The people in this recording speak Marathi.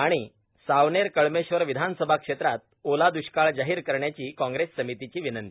आणि सावनेर कळमेश्वर विधानसभा क्षेत्रात ओला द्रष्काळ जाहीर करण्याची कॉग्रेस समितीची विनंती